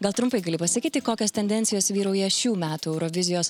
gal trumpai gali pasakyti kokios tendencijos vyrauja šių metų eurovizijos